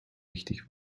wichtig